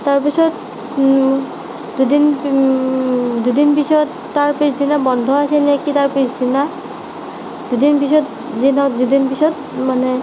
তাৰপিছত দুদিন দুদিন পিছত তাৰ পিছদিনা বন্ধ আছিল নেকি তাৰ পিছদিনা দুদিন পিছত যিদিনা দুদিন পিছত মানে